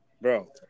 Bro